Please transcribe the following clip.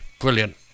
brilliant